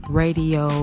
radio